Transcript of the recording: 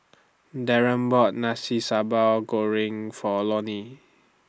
Darren bought Nasi Sambal Goreng For Lonie